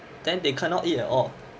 then they cannot eat at all